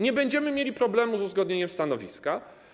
Nie będziemy mieli problemu z uzgodnieniem stanowiska.